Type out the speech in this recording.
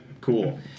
Cool